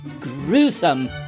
gruesome